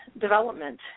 development